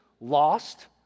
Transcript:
lost